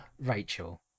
Rachel